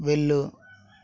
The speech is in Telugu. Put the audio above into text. వెళ్ళు